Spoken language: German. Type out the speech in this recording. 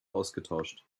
ausgetauscht